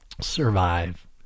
survive